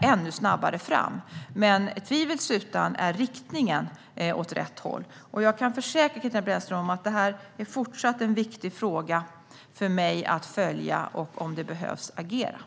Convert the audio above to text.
ännu snabbare fram. Men tvivelsutan är riktningen den rätta. Jag kan försäkra Katarina Brännström om att detta fortsatt är en viktig fråga för mig att följa och, om det behövs, agera i.